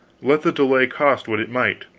let the delay cost what it might.